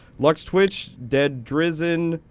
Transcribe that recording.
luckstwitch, deaddrazen,